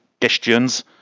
questions